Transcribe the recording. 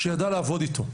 שידע לעבוד איתו.